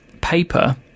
paper